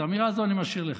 את האמירה הזאת אני משאיר לך,